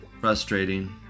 Frustrating